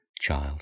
child